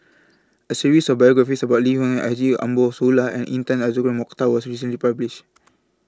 A series of biographies about Lee Wung Haji Ambo Sooloh and Intan Azura Mokhtar was recently published